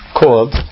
called